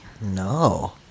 no